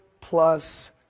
plus